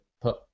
put